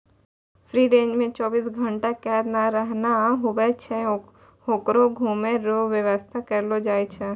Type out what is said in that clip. free range मे चौबीस घंटा कैद नै रहना हुवै छै होकरो घुमै रो वेवस्था करलो जाय छै